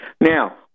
Now